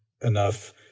enough